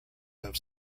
have